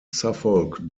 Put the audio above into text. suffolk